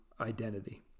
identity